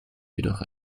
jedoch